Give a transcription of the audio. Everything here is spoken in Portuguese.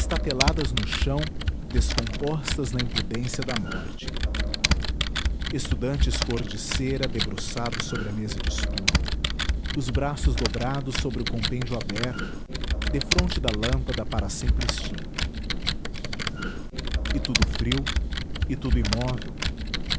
estateladas no chão descompostas na impudência da morte estudantes cor de cera debruçados sobre a mesa de estudo os braços dobrados sobre o compêndio aberto defronte da lâmpada para sempre extinta e tudo frio e tudo imóvel